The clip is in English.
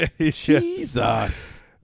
Jesus